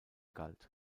galt